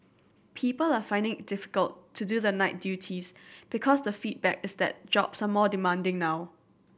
people are finding it difficult to do the night duties because the feedback is that jobs are more demanding now